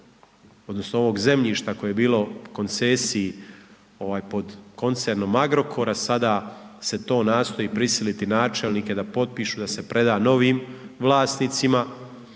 odnosno ovog zemljišta koje je bilo u koncesiji pod koncernom Agrokora, sada se to nastoji prisiliti načelnike da potpišu da se preda novim vlasnicima